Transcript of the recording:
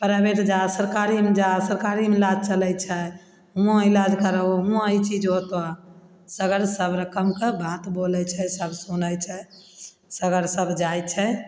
private जा सरकारीमे जा सरकारीमे इलाज चलय छै हुआँ इलाज कराहो हुआँ ई चीज होतऽ सगर सब रकमके बात बोलय छै सब सुनय छै सगर सब जाइ छै